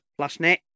plusnet